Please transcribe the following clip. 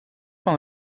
van